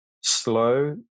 slow